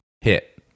hit